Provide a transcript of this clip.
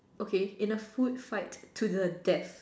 okay in a food fight to the death